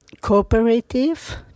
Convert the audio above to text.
cooperative